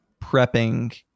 prepping